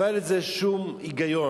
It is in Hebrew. לא היה לזה שום היגיון